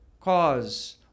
cause